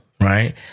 right